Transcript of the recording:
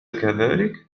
كذلك